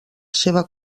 seva